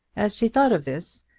as she thought of this,